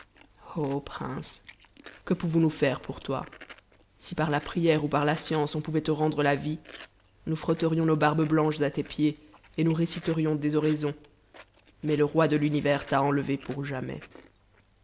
prince que pouvons-nous faire pour toi si par la prière ou par la science on pouvait te rendre la vie nous frotterions nos barbes blanches à tes pieds et nous réciterions des oraisons mais le roi de l'univers t'a enlevé pour jamais